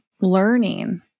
learning